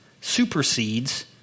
supersedes